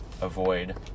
Avoid